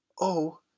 Oh